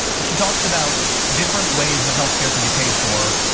she talks about different ways that healthcare could be paid for.